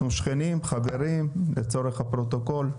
אנחנו שכנים, חברים, לצורך הפרוטוקול.